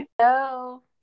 Hello